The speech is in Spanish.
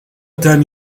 tan